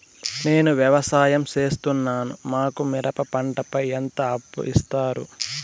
నేను వ్యవసాయం సేస్తున్నాను, మాకు మిరప పంటపై ఎంత అప్పు ఇస్తారు